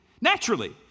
Naturally